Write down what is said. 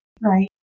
right